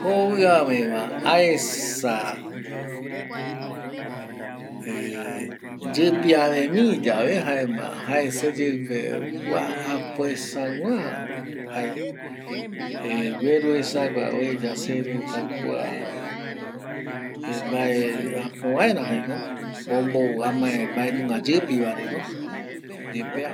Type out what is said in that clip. Jooviave va aesa yepi ave mi jaema jae seyeipe kua jae gueru esa gua ueya se reta kua amae vaera kua vaenunga yepi vaere, yepea.